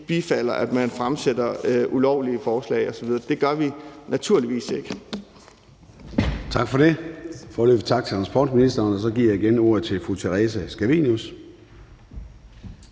at de bifalder ulovlige forslag osv. Det gør man naturligvis ikke.